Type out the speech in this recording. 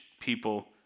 people